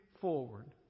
forward